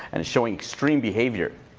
and is showing extreme behavior.